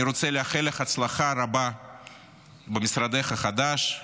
אני רוצה לאחל לך הצלחה רבה במשרדך החדש,